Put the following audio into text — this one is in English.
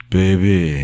baby